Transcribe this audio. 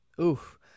oof